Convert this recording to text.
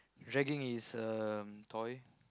dragging his um toy